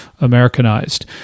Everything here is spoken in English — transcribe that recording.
Americanized